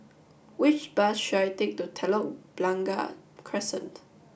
which bus should I take to Telok Blangah Crescent